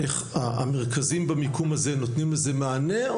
המרכזים במיקום הזה נותנים לזה מענה?